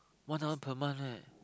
one hour per month right